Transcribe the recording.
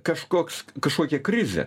kažkoks kažkokia krizė